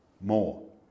more